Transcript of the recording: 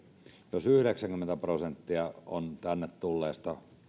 jos yhdeksänkymmentä prosenttia tänne tulleista